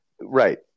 right